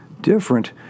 different